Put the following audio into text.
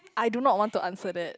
I do not want to answer that